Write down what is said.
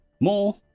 More